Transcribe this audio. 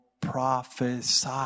prophesy